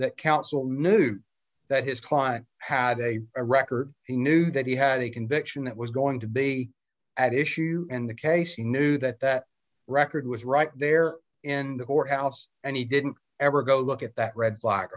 that counsel knew that his client had a record he knew that he had a conviction that was going to be at issue and the case he knew that that record was right there in the courthouse and he didn't ever go look at that red fla